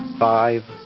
five,